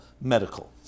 medical